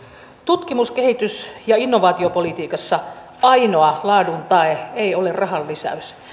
tutkimus kehitys ja innovaatiopolitiikassa ainoa laadun tae ei ole rahan lisäys me